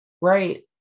Right